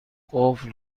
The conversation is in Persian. قفل